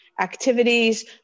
activities